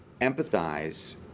empathize